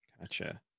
Gotcha